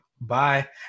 bye